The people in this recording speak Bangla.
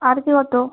আর কে কত